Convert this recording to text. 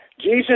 Jesus